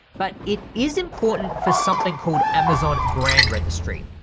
but it is important for something called amazon brand registry.